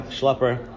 schlepper